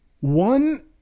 One